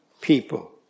people